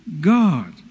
God